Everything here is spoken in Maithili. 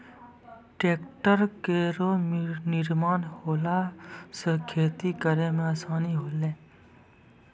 ट्रेक्टर केरो निर्माण होला सँ खेती करै मे आसानी होलै